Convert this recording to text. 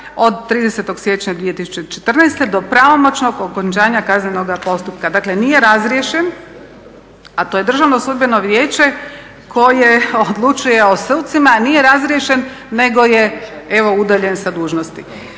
od 30. siječnja 2014. do pravomoćnog okončanja kaznenoga postupka. Dakle nije razriješen a to je Državno sudbeno vijeće koje odlučuje o sucima, nije razriješen nego je evo udaljen sa dužnosti.